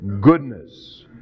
goodness